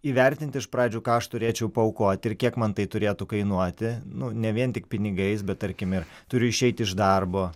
įvertinti iš pradžių ką aš turėčiau paaukoti ir kiek man tai turėtų kainuoti nu ne vien tik pinigais bet tarkim ir turiu išeiti iš darbo